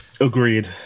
Agreed